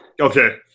Okay